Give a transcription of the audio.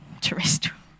terrestrial